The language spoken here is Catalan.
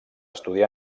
estudiar